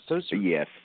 Yes